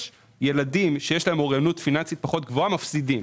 ילדים שיש להם אוריינות פיננסית פחות גבוהה מפסידים.